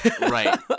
right